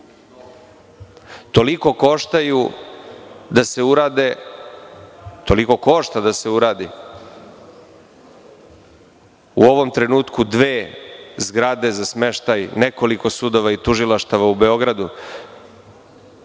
toliko koštaju da se urade u ovom trenutku dve zgrade za smeštaj nekoliko sudova i tužilaštava u Beogradu. Toliko